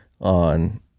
on